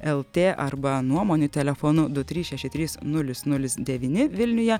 lt arba nuomonių telefonu du trys šeši trys nulis nulis devyni vilniuje